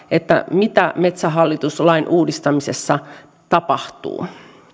mitä metsähallitus lain uudistamisessa tapahtuu